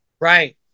Right